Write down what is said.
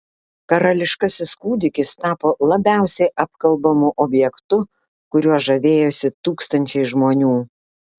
karališkasis kūdikis tapo labiausiai apkalbamu objektu kuriuo žavėjosi tūkstančiai žmonių